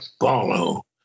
follow